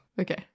Okay